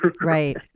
Right